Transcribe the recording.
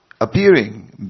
appearing